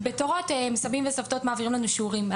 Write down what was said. וסבים וסבתות מעבירים לנו שיעורים בתורות.